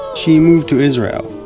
she moved to israel,